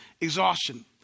exhaustion